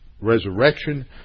resurrection